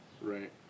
Right